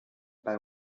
bei